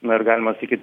na ir galima sakyt